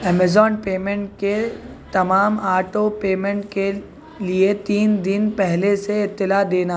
Amazon payment کے تمام auto payment کے لیے تین دن پہلے سے اطلاع دینا